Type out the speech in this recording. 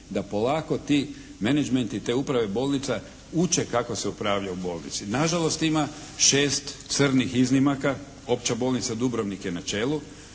da polako ti menadžmenti, te uprave bolnica uče kako se upravlja u bolnici. Na žalost ima šest crnih iznimaka. Opća bolnica Dubrovnik je na čelu.